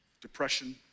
Depression